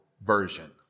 version